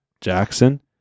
Jackson